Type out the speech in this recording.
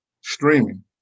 streaming